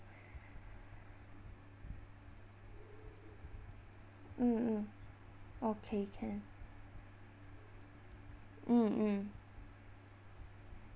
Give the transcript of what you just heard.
mm mm okay can mm mm